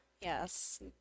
Yes